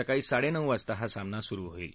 सकाळी साडे नऊ वाजता हा सामना सुरु होईल